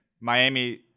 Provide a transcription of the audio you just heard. Miami